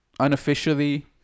unofficially